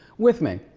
with me.